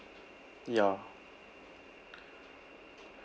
ya